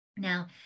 Now